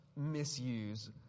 misuse